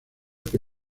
que